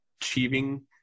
achieving